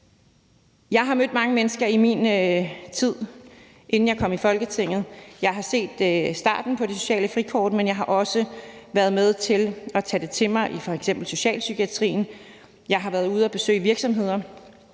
Jeg har mødt mange mennesker i min tid, inden jeg kom i Folketinget. Jeg har set starten på det sociale frikort, men jeg har også været med til at tage det til mig i f.eks. socialpsykiatrien. Jeg har været ude at besøge virksomheder,